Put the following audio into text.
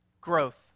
Growth